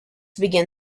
began